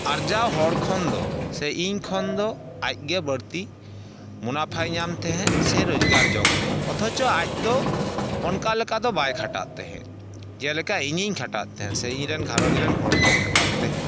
ᱟᱨᱡᱟᱣ ᱦᱚᱲ ᱠᱷᱚᱱᱫᱚ ᱥᱮ ᱤᱧ ᱠᱷᱚᱱ ᱫᱚ ᱟᱡ ᱜᱮ ᱵᱟᱹᱲᱛᱤ ᱢᱩᱱᱟᱯᱷᱟᱭ ᱧᱟᱢ ᱛᱮᱦᱮᱸᱫ ᱥᱮ ᱨᱳᱡᱽᱜᱟᱨ ᱡᱚᱝ ᱛᱮᱦᱮᱸᱫ ᱚᱛᱷᱚᱪᱚ ᱟᱡ ᱫᱚ ᱚᱱᱠᱟ ᱞᱮᱠᱟ ᱫᱚ ᱵᱟᱭ ᱠᱷᱟᱴᱟᱜ ᱛᱮᱦᱮᱸᱫ ᱡᱮᱞᱮᱠᱟ ᱤᱧᱤᱧ ᱠᱷᱟᱴᱟᱜ ᱛᱮᱦᱮᱸᱫ ᱥᱮ ᱤᱧᱨᱮᱱ ᱜᱷᱟᱨᱚᱸᱡᱽ ᱨᱮᱱ ᱦᱚᱲᱠᱚ ᱠᱷᱟᱴᱟᱜ ᱛᱮᱦᱮᱸᱫ